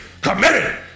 committed